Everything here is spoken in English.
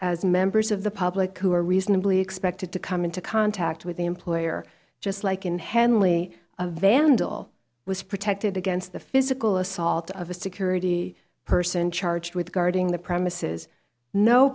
as members of the public who are reasonably expected to come into contact with the employer just like in henley a vandal was protected against the physical assault of a security person charged with guarding the premises no